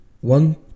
one